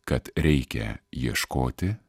kad reikia ieškoti